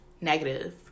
Negative